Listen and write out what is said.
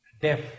Deaf